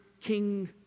king